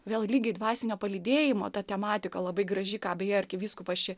vėl lygiai dvasinio palydėjimo ta tematika labai graži gabija arkivyskupas ši